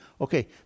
okay